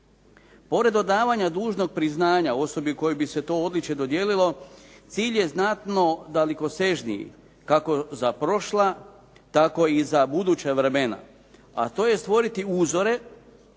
Pored odavanja dužnog priznanja osobi koje bi se to odličje dodijelio, cilj je znatno dalekosežniji, kako za prošla, tako i za buduća vremena. A to je stvoriti uzore